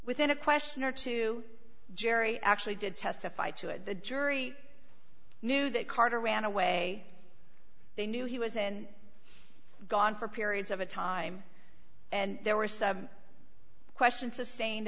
within a question or two jerry actually did testify to it the jury knew that carter ran away they knew he was and gone for periods of a time and there was some question sustained